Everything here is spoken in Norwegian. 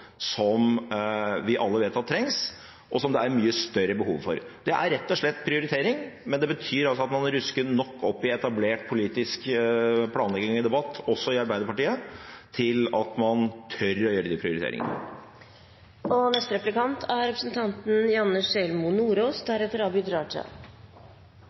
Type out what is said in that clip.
som vi alle vet trengs, og som det er mye større behov for. Det er rett og slett prioritering, men det betyr altså at man rusker nok opp i den etablerte politiske planleggingen i debatt, også i Arbeiderpartiet, til at man tør å gjøre de prioriteringene. En av de tingene vi ser er